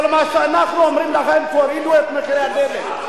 כל מה שאנחנו אומרים לכם: תורידו את מחירי הדלק.